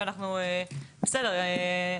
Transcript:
בסדר,